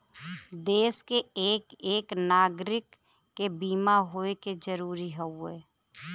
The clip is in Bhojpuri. देस के एक एक नागरीक के बीमा होए जरूरी हउवे